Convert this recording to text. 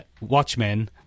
Watchmen